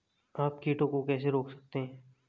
आप कीटों को कैसे रोक सकते हैं?